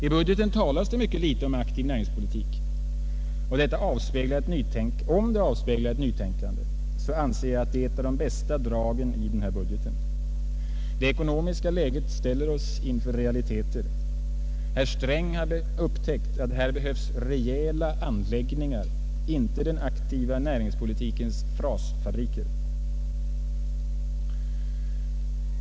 I budgeten talas mycket litet om aktiv näringspolitik. Om detta avspeglar ett nytänkande, så anser jag att det är ett av de bästa dragen i denna budget. Det ekonomiska läget ställer oss inför realiteter. Herr Sträng har upptäckt att här behövs rejäla anläggningar — inte den aktiva näringspolitikens frasfabriker.